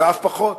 ואף פחות.